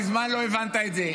קרעי, אתה מזמן לא הבנת את זה.